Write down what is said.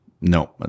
No